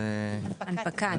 הנפקה.